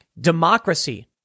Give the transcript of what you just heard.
Democracy